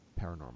paranormal